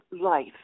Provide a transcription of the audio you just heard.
life